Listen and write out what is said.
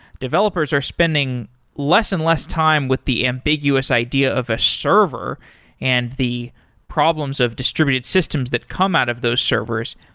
developers are spending less and less time with the ambiguous idea of a server and the problems of distributed systems that come out of those servers,